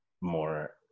more